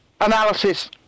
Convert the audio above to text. analysis